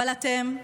אבל אתם,